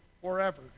forever